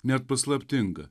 net paslaptinga